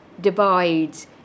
divides